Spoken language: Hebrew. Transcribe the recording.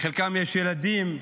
לחלקם יש ילדים,